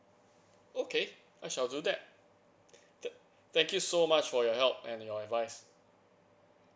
okay I shall do that tha~ thank you so much for your help and your advice